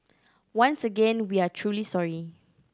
once again we are truly sorry